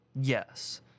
Yes